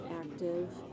active